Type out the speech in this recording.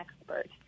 expert